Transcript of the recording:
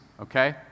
okay